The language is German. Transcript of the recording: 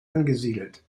angesiedelt